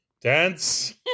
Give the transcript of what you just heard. Dance